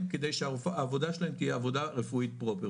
כדי שהעבודה שלהם תהיה עבודה רפואית פרופר,